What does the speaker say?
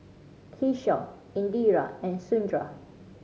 Kishore Indira and Sundar